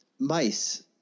Mice